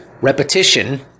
repetition